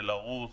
בלרוס